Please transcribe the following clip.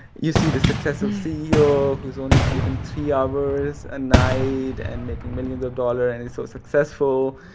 you see the successful ceo who is only sleeping three hours a night and making millions of dollars and is so successful.